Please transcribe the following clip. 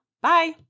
Bye